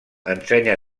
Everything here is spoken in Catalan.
ensenya